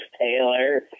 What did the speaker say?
Taylor